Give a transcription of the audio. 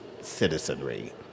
citizenry